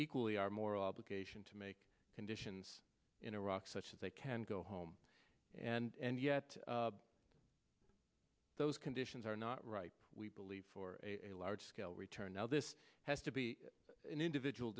equally our moral obligation to make conditions in iraq such that they can go home and yet those conditions are not right we believe for a large scale return now this has to be an individual